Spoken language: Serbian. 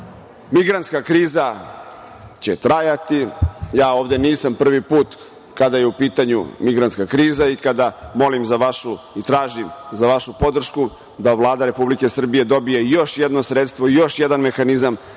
migrantska kriza će trajati. Ja ovde nisam prvi put kada je u pitanju migrantska kriza i kada molim za vašu i tražim vašu podršku da Vlada Republike Srbije dobije još jedno sredstvo i još jedan mehanizam